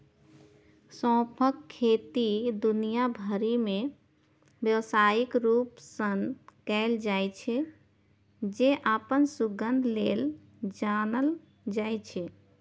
सौंंफक खेती दुनिया भरि मे व्यावसायिक रूप सं कैल जाइ छै, जे अपन सुगंध लेल जानल जाइ छै